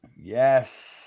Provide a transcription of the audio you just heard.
Yes